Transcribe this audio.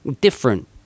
different